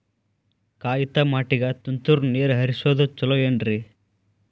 ಕಾಯಿತಮಾಟಿಗ ತುಂತುರ್ ನೇರ್ ಹರಿಸೋದು ಛಲೋ ಏನ್ರಿ?